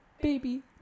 baby